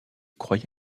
croyait